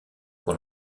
pour